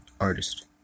Artist